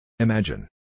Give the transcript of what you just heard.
Imagine